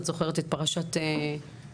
את זוכרת את פרשת הסוהרות,